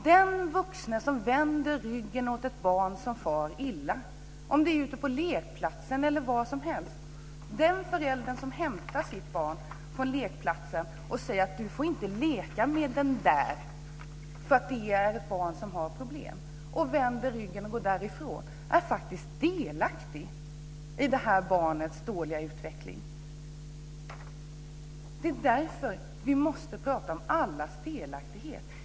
Den vuxne som vänder ryggen åt ett barn som far illa ute på lekplatsen eller var som helst och säger till sitt barn att han eller hon inte får leka med ett annat barn är faktiskt delaktig i det barnets dåliga utveckling. Det är därför som vi måste prata om allas delaktighet.